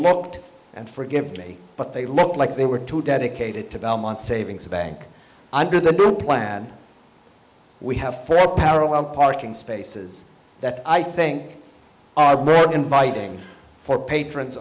looked and forgive me but they looked like they were too dedicated to belmont savings bank under the plan we have for a parallel parking spaces that i think are very inviting for patrons